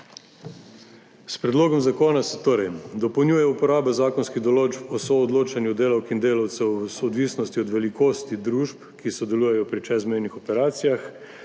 S predlogom zakona se torej dopolnjuje uporaba zakonskih določb o soodločanju delavk in delavcev v odvisnosti od velikosti družb, ki sodelujejo pri čezmejnih operacijah,